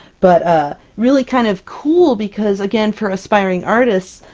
but ah, really kind of cool, because again, for aspiring artists,